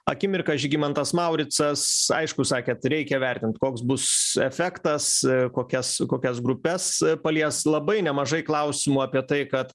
akimirka žygimantas mauricas aišku sakėt reikia vertint koks bus efektas kokias kokias grupes palies labai nemažai klausimų apie tai kad